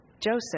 Joseph